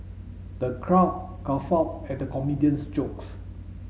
the crowd guffawed at the comedian's jokes